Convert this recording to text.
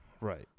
Right